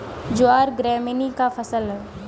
ज्वार ग्रैमीनी का फसल है